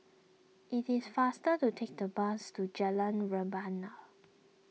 it is faster to take the bus to Jalan Rebana